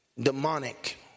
demonic